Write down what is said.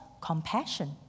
compassion